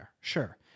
Sure